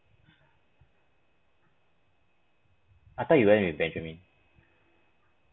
I thought you went with benjamin